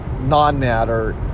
non-matter